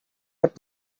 but